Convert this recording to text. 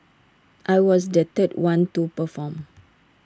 I was the third one to perform